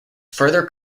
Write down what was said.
further